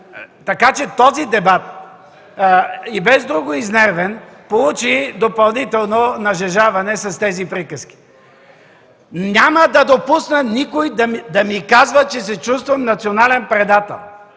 Така този дебат, и без друго изнервен, получи допълнително нажежаване с тези приказки. Няма да допусна никой да ми казва, че се чувствам национален предател!